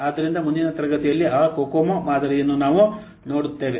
ಆದ್ದರಿಂದ ಮುಂದಿನ ತರಗತಿಯಲ್ಲಿ ಆ ಕೊಕೊಮೊ ಮಾದರಿಯನ್ನು ನಾವು ನೋಡುತ್ತೇವೆ